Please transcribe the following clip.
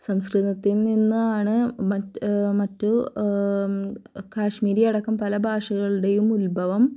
സംസ്കൃതത്തിൽ നിന്നാണ് മ മറ്റ് കാഷ്മീരിയടക്കം പല ഭാഷകളുടേയും ഉത്ഭവം